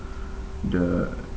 the